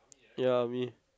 ya I mean